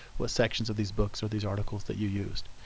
what sections of these books or these articles that you used.